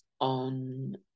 on